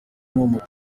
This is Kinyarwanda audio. inkomoko